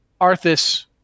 Arthas